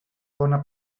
bona